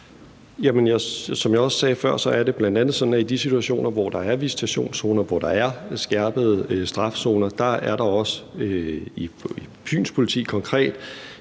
i de situationer, hvor der er visitationszoner, hvor der er skærpede strafzoner, er der også – i Fyns Politi konkret